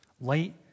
Light